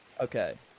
okay